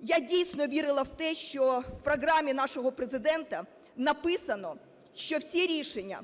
Я, дійсно, вірила в те, що в програмі нашого Президента написано, що всі рішення